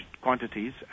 quantities